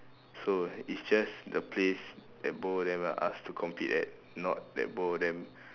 so it's just the place that both of them are asked to compete at not that both of them